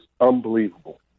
unbelievable